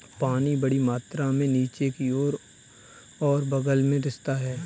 पानी बड़ी मात्रा में नीचे की ओर और बग़ल में रिसता है